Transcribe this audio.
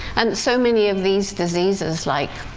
and so many of these diseases, like